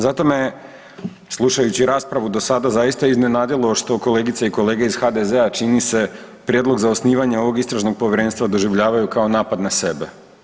Zato me slušajući raspravu do sada zaista iznenadilo što kolegice i kolege iz HDZ-a čini se prijedlog za osnivanje ovog istražnog povjerenstva doživljavaju kao napad na sebe.